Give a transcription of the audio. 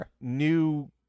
new